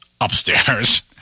upstairs